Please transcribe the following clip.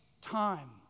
time